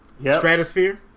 Stratosphere